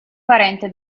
parente